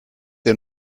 der